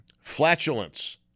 flatulence